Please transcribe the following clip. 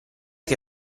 che